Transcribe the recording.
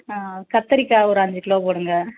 கத்தரிக்காய் ஒரு அஞ்சு கிலோ போடுங்க